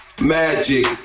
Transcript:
magic